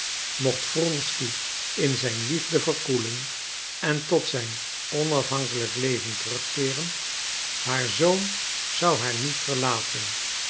mocht wronsky in zijn liefde verkoelen en tot zijn onafhankelijk leven terugkeeren haar zoon zou haar niet verlaten